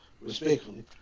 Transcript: respectfully